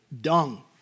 dung